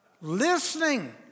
listening